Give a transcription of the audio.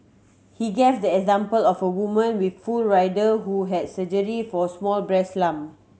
he gave the example of a woman with full rider who had surgery for small breast lump